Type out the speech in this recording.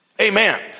Amen